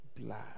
blood